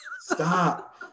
Stop